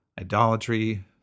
idolatry